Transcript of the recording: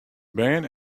bern